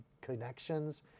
connections